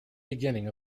beginning